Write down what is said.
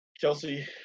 Kelsey